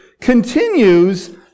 continues